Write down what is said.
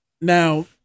Now